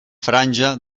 franja